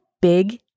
big